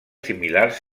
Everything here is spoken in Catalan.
similars